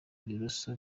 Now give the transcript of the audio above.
ibiroso